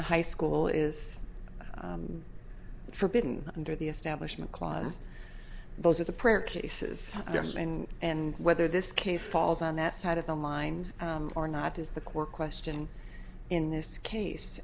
a high school is forbidden under the establishment clause those are the prayer cases yes and and whether this case falls on that side of the line or not is the core question in this case